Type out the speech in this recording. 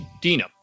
Dina